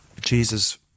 Jesus